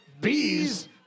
Bees